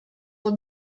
pour